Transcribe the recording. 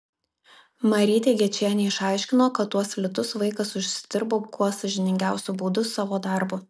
marytė gečienė išaiškino kad tuos litus vaikas užsidirbo kuo sąžiningiausiu būdu savo darbu